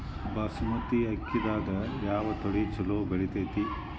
ಬಾಸುಮತಿ ಅಕ್ಕಿದಾಗ ಯಾವ ತಳಿ ಛಲೋ ಬೆಳಿತೈತಿ?